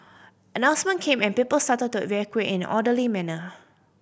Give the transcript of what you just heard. announcement came and people started to evacuate in an orderly manner